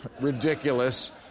ridiculous